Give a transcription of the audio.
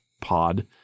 pod